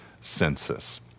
census